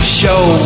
show